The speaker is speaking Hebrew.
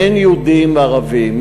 אין יהודים וערבים,